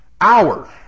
hour